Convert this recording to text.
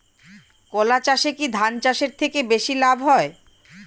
কলা চাষে কী ধান চাষের থেকে বেশী লাভ হয়?